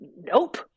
Nope